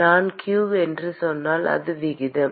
நான் q என்று சொன்னால் அது விகிதம்